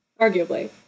Arguably